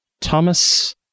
Thomas